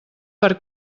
per